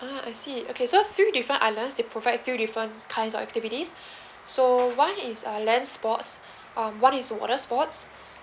ah I see okay so through different island we provide two different kinds of activities so [one] is uh land sports um [one] is the water sports